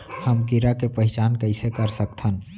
हम कीड़ा के पहिचान कईसे कर सकथन